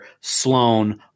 Sloan